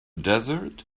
desert